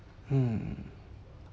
hmm